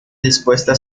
dispuesta